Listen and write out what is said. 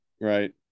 right